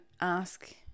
ask